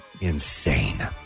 Insane